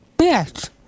Yes